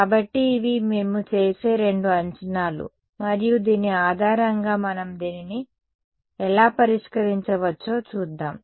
కాబట్టి ఇవి మేము చేసే రెండు అంచనాలు మరియు దీని ఆధారంగా మనం దీనిని ఎలా పరిష్కరించవచ్చో చూద్దాం